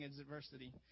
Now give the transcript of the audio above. adversity